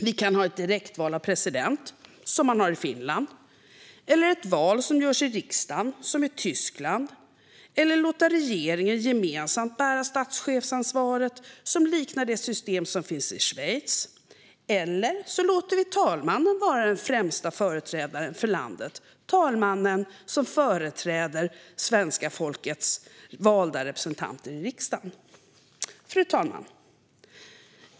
Vi kan ha ett direktval av president, som man har i Finland, eller ett val som görs i riksdagen, som i Tyskland. Vi kan låta regeringen gemensamt bära statschefsansvaret på ett sätt som liknar det system som finns i Schweiz, eller så låter vi talmannen vara den främsta företrädaren för landet - talmannen, som företräder svenska folkets valda representanter i riksdagen. Fru talman!